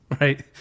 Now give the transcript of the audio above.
right